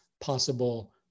possible